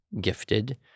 gifted